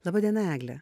laba diena egle